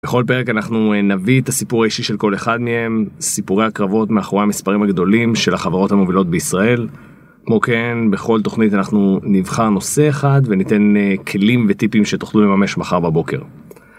בכל פרק אנחנו נביא את הסיפור האישי של כל אחד מהם, סיפורי הקרבות מאחורי המספרים הגדולים של החברות המובילות בישראל כמו כן בכל תוכנית אנחנו נבחר נושא אחד וניתן כלים וטיפים שתוכלו לממש מחר בבוקר.